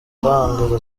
gutanga